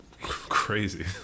crazy